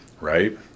Right